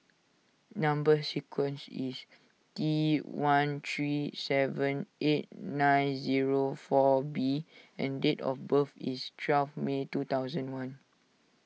Number Sequence is T one three seven eight nine zero four B and date of birth is twelve May two thousand and one